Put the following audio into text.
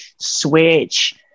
Switch